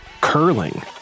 curling